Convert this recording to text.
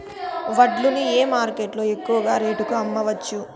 వడ్లు ని ఏ మార్కెట్ లో ఎక్కువగా రేటు కి అమ్మవచ్చు?